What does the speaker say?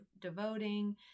devoting